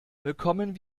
bekommen